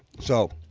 so,